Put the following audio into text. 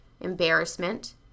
embarrassment